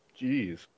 Jeez